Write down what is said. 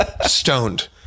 stoned